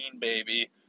baby